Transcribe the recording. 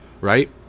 Right